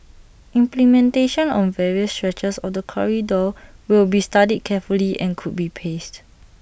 implementation on various stretches of the corridor will be studied carefully and could be paced